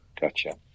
Gotcha